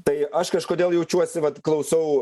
tai aš kažkodėl jaučiuosi vat klausau